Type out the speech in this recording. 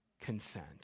consent